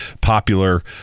popular